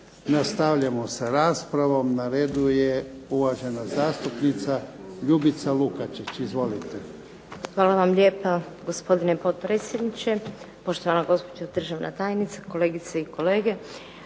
Nastavljamo sa raspravom. Na redu je uvažena zastupnica Ljubica Lukačić. Izvolite. **Lukačić, Ljubica (HDZ)** Hvala vam lijepa gospodine potpredsjedniče, poštovana gospođo državna tajnice, kolegice i kolege.